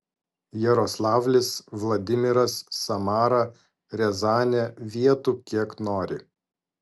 jaroslavlis vladimiras samara riazanė vietų kiek nori